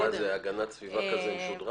מה זה, משרד להגנת הסביבה כזה משודרג?